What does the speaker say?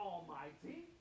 Almighty